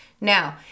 Now